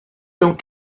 don’t